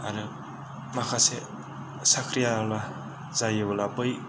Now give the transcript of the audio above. आरो माखासे साख्रिआवला जायोब्ला बै